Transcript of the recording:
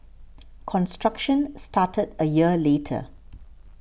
construction started a year later